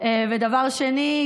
ודבר שני,